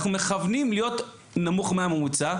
אנחנו מכוונים להיות נמוך מהממוצע.